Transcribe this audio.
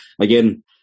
again